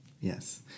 Yes